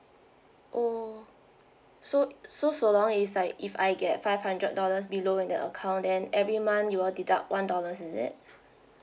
oh so so so long it's like if I get five hundred dollars below in the account then every month you will deduct one dollars is it